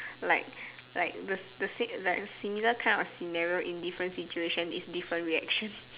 like like the the sake like in similar kind of scenario in different situation is different reaction